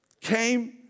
came